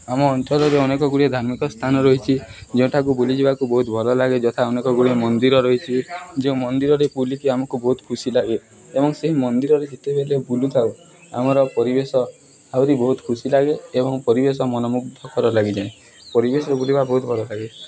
ଆମ ଅଞ୍ଚଳରେ ଅନେକ ଗୁଡ଼ିଏ ଧାର୍ମିକ ସ୍ଥାନ ରହିଛିି ଯେଉଁଠାକୁ ବୁଲିଯିବାକୁ ବହୁତ ଭଲ ଲାଗେ ଯଥା ଅନେକ ଗୁଡ଼ିଏ ମନ୍ଦିର ରହିଛିି ଯେଉଁ ମନ୍ଦିରରେ ବୁଲିକି ଆମକୁ ବହୁତ ଖୁସି ଲାଗେ ଏବଂ ସେହି ମନ୍ଦିରରେ ଯେତେବେଳେ ବୁଲୁଥାଉ ଆମର ପରିବେଶ ଆହୁରି ବହୁତ ଖୁସି ଲାଗେ ଏବଂ ପରିବେଶ ମନମୁଗ୍ଧକର ଲାଗିଯାଏ ପରିବେଶରେ ବୁଲିବା ବହୁତ ଭଲ ଲାଗେ